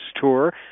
Tour